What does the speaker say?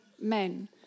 men